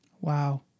Wow